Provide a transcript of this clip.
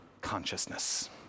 consciousness